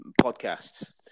podcasts